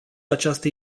această